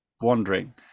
wandering